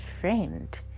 friend